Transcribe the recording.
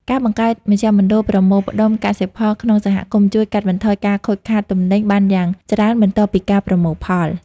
ការបង្កើតមជ្ឈមណ្ឌលប្រមូលផ្ដុំកសិផលក្នុងសហគមន៍ ជួយកាត់បន្ថយការខូចខាតទំនិញបានយ៉ាងច្រើនបន្ទាប់ពីការប្រមូលផល។